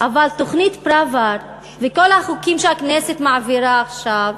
אבל תוכנית פראוור וכל החוקים שהכנסת מעבירה עכשיו,